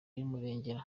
y’umurengera